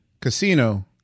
Casino